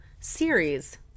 series